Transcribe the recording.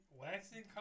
waxing